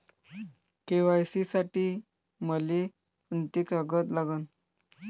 KYC साठी मले कोंते कागद लागन?